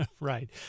Right